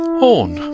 horn